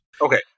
Okay